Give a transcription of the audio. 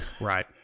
Right